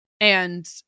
And-